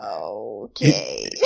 Okay